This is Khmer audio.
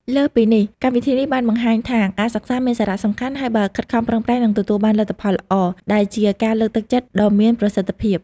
លើសពីនេះ កម្មវិធីនេះបានបង្ហាញថាការសិក្សាមានសារៈសំខាន់ ហើយបើខិតខំប្រឹងប្រែងនឹងទទួលបានលទ្ធផលល្អ ដែលជាការលើកទឹកចិត្តដ៏មានប្រសិទ្ធភាព។